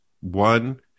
One